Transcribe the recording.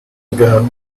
ago